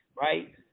right